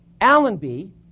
Allenby